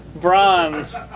Bronze